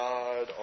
God